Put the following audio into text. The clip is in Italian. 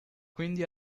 quindi